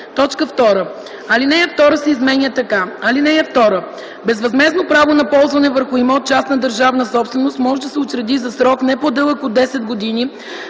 2. Алинея 2 се изменя така: „(2) Безвъзмездно право на ползване върху имот - частна държавна собственост, може да се учреди за срок не по-дълъг от 10 години